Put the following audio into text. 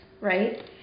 right